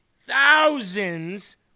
thousands